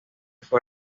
fue